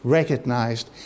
recognized